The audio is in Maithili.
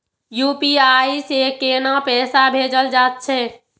यू.पी.आई से केना पैसा भेजल जा छे?